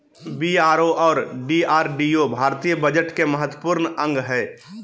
BRO और DRDO भारतीय budget के महत्वपूर्ण अंग हय